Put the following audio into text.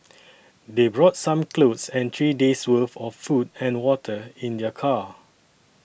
they brought some clothes and three days' worth of food and water in their car